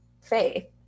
faith